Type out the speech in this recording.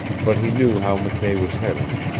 but he knew how mckay was heading,